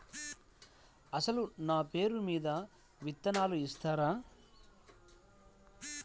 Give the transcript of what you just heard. అసలు నా పేరు మీద విత్తనాలు ఇస్తారా?